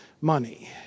money